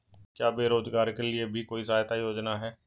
क्या बेरोजगारों के लिए भी कोई सहायता योजना है?